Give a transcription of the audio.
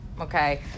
Okay